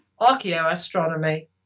archaeoastronomy